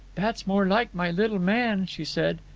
that's more like my little man, she said.